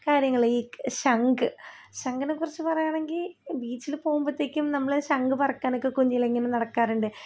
കാര്യങ്ങളെ ഈ ശംഖ് ശംഖിനെ കുറിച്ച് പറയാണെങ്കിൽ ബീച്ചിൽ പോകുമ്പോഴത്തേക്കും നമ്മൾ ശംഖ് പറക്കാനൊക്കെ കുഞ്ഞിലെ ഇങ്ങനെ നടക്കാറുണ്ട്